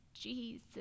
Jesus